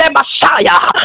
Messiah